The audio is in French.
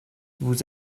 vous